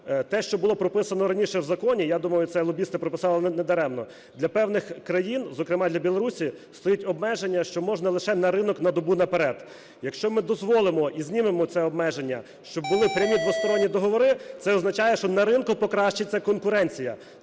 Те, що було прописано раніше в законі, я думаю, це лобісти прописали не даремно, для певних країн, зокрема для Білорусі, стоїть обмеження, що можна лише на ринок на добу наперед. Якщо ми дозволимо і знімемо це обмеження, щоб були прямі двосторонні договори, це означає, що на ринку покращиться конкуренція.